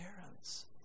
parents